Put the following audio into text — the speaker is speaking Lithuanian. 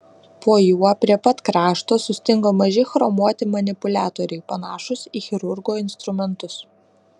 po juo prie pat krašto sustingo maži chromuoti manipuliatoriai panašūs į chirurgo instrumentus